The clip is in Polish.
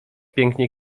pięknie